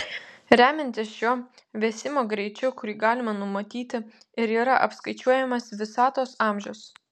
remiantis šiuo vėsimo greičiu kurį galima numatyti ir yra apskaičiuojamas visatos amžius